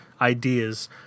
ideas